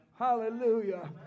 hallelujah